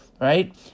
right